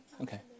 Okay